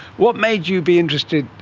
what made you be interested,